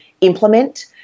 implement